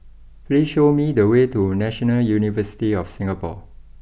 please show me the way to National University of Singapore